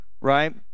right